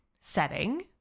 setting